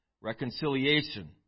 reconciliation